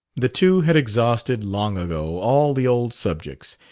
the two had exhausted long ago all the old subjects,